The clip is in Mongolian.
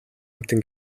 амьтан